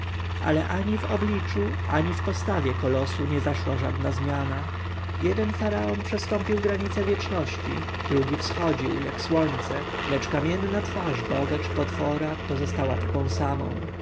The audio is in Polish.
ale ani w obliczu ani w postawie kolosu nie zaszła żadna zmiana jeden faraon przestąpił granicę wieczności drugi wschodził jak słońce lecz kamienna twarz boga czy potwora pozostała taką samą